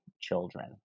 children